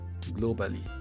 globally